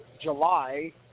July